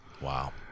Wow